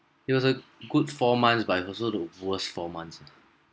it was a good four months but also the worst four months